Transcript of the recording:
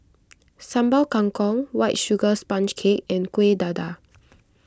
Sambal Kangkong White Sugar Sponge Cake and Kuih Dadar